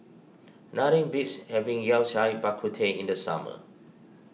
nothing beats having Yao Cai Bak Kut Teh in the summer